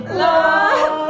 love